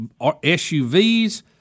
SUVs